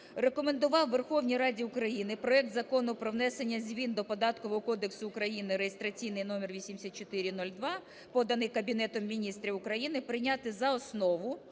рекомендував Верховній Раді України проект Закону про внесення змін до Податкового кодексу України (реєстраційний номер 8402), поданий Кабінетом Міністрів України, прийняти за основу,